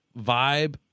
vibe